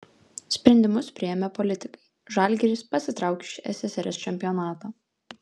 sprendimus priėmė politikai žalgiris pasitraukė iš ssrs čempionato